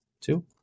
Two